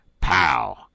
POW